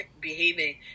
behaving